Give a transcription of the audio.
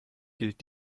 gilt